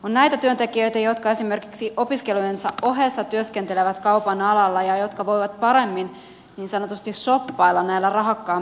on näitä työntekijöitä jotka esimerkiksi opiskelujensa ohessa työskentelevät kaupan alalla ja jotka paremmin voivat niin sanotusti shoppailla näillä rahakkaammilla työvuoroilla